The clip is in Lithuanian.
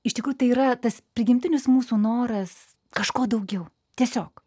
iš tikrųjų tai yra tas prigimtinis mūsų noras kažko daugiau tiesiog